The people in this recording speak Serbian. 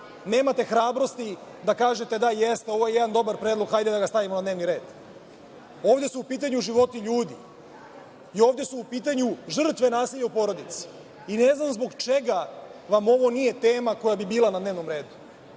nemate hrabrosti da kažete – da, jeste, ovo je jedan dobar predlog, hajde da ga stavimo na dnevni red. Ovde su u pitanju životi ljudi. Ovde su u pitanju žrtve nasilja u porodici i ne znam zbog čega vam ovo nije tema koja bi bila na dnevnom redu?